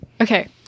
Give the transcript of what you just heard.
Okay